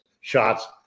shots